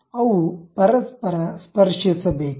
ಅವು ಪರಸ್ಪರ ಸ್ಪರ್ಶಿಸಬೇಕು